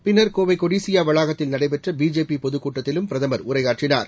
பின்னர் கோவை கொடசியா வளாகத்தில் நடைபெற்ற பிஜேபி பொதுக் கட்டத்திலும் பிரதமர் உரையாற்றினார்